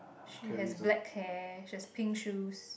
she has black hair she has pink shoes